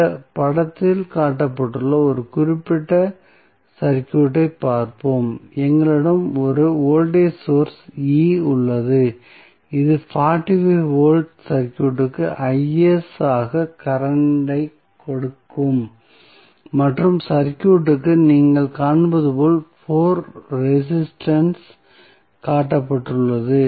இந்த படத்தில் காட்டப்பட்டுள்ள ஒரு குறிப்பிட்ட சர்க்யூட்டை பார்ப்போம் எங்களிடம் ஒரு வோல்டேஜ் சோர்ஸ் E உள்ளது இது 45 வோல்ட் சர்க்யூட்க்கு ஆக கரண்ட் ஐ கொடுக்கும் மற்றும் சர்க்யூட்க்கு நீங்கள் காண்பது போல் 4 ரெசிஸ்டன்ஸ் காட்டப்பட்டுள்ளது